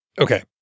okay